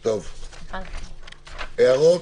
הערות?